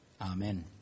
Amen